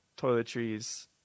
toiletries